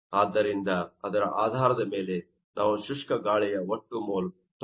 ಆದ್ದರಿಂದ ಅದರ ಆಧಾರದ ಮೇಲೆ ನಾವು ಶುಷ್ಕ ಗಾಳಿಯ ಒಟ್ಟು ಮೋಲ್ 96